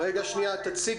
השפה של